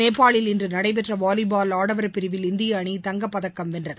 நேபாளில் இன்று நடைபெற்ற வாலிபால் ஆடவர் பிரிவில் இந்திய அணி தங்கப் பதக்கம் வென்றது